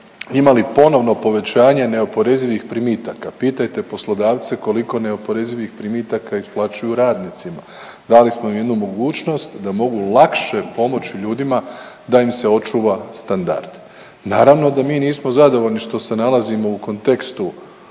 imali ponovno povećanje neoporezivih primitaka, pitajte poslodavce koliko neoporezivih primitaka isplaćuju radnicima. Dali smo im jednu mogućnost da mogu lakše pomoći ljudima da im se očuva standard. Naravno da mi nismo zadovoljni što se nalazimo u kontekstu